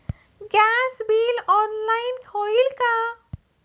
Gas bill online होईल का?